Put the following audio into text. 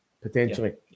potentially